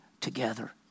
together